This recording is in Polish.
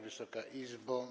Wysoka Izbo!